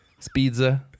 Speedza